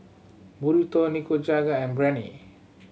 Burrito Nikujaga and Biryani